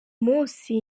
munsi